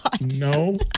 no